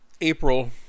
April